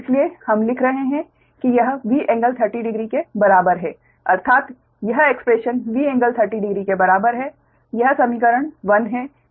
इसलिए हम लिख रहे हैं कि यह V∟300 के बराबर है अर्थात यह एक्स्प्रेशन V∟300 डिग्री के बराबर है यह समीकरण 1 है